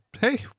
Hey